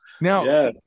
Now